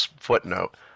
footnote